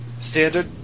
standard